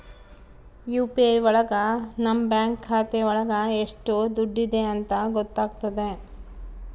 UPI ಒಳಗ ನಮ್ bank ಖಾತೆ ಒಳಗ ಎಷ್ಟ್ ದುಡ್ಡಿದೆ ಅಂತ ಗೊತ್ತಾಗ್ತದೆ